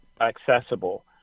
accessible